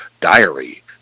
diary